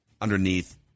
underneath